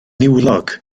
niwlog